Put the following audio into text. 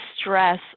stress